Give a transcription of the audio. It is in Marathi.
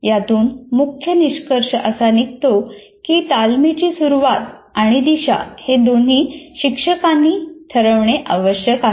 यातून मुख्य निष्कर्ष असा निघतो की तालमीची सुरुवात आणि दिशा हे दोन्ही शिक्षकांनी ठरवणे आवश्यक आहे